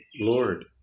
Lord